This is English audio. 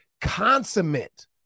consummate